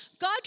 God